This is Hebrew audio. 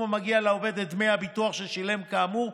המגיע לעובד את דמי הביטוח ששילם כאמור.